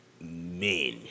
men